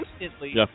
instantly